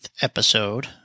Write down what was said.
episode